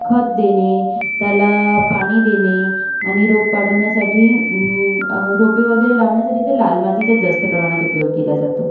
खत देणे त्याला पाणी देणे आणि रोप वाढवण्यासाठी रोपे वगैरे लावण्यासाठी तर लाल मातीचाच जास्त प्रमाणात उपयोग केला जातो